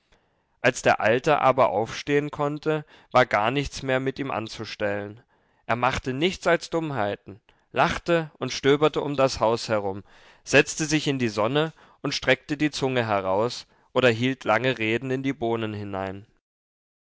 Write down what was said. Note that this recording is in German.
als der alte aber aufstehen konnte war gar nichts mehr mit ihm anzustellen er machte nichts als dummheiten lachte und stöberte um das haus herum setzte sich in die sonne und streckte die zunge heraus oder hielt lange reden in die bohnen hinein